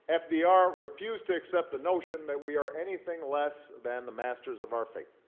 and fdr refused to accept the notion that we are anything less than the masters of our fate.